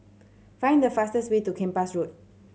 find the fastest way to Kempas Road